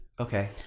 okay